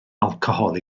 alcohol